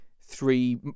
three